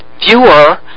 viewer